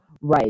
Right